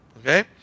Okay